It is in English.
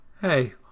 Hey